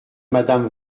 madame